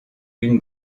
une